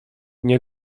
nie